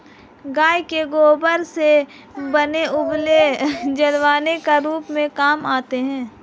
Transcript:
गाय के गोबर से बने उपले जलावन के रूप में काम आते हैं